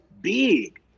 big